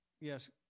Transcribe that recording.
yes